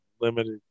limited